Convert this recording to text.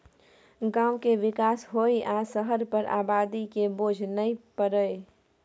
गांव के विकास होइ आ शहर पर आबादी के बोझ नइ परइ